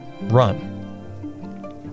run